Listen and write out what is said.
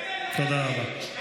תודה רבה.